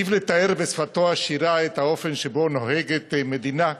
היטיב לתאר בשפתו העשירה את האופן שבו נוהגת מדינה,